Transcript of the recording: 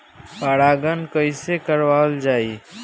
परागण कइसे करावल जाई?